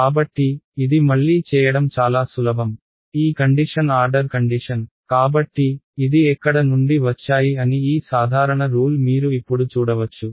కాబట్టి ఇది మళ్లీ చేయడం చాలా సులభం ఈ కండిషన్ ఆర్డర్ కండిషన్ కాబట్టి ఇది ఎక్కడ నుండి వచ్చాయి అని ఈ సాధారణ రూల్ మీరు ఇప్పుడు చూడవచ్చు